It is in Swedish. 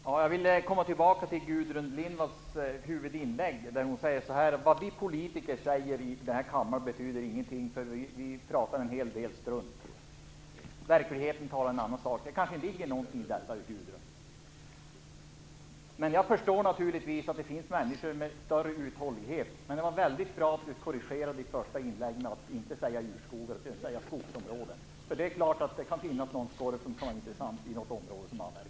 Fru talman! Jag vill gå tillbaks till Gudrun Lindvalls huvudinlägg. Hon sade att det vi politiker säger i kammaren inte betyder någonting. Vi pratar en hel del strunt. Verkligheten talar ett annat språk. Det kanske ligger någonting i detta, Gudrun Lindvall. Jag förstår att det finns människor med större uthållighet. Det var väldigt bra att Gudrun Lindvall korrigerade sitt första inlägg och sade "skogsområden" i stället för "urskogar". Det är klart att det kan finnas någon skorv som kan vara intressant i något område som avverkas.